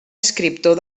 escriptor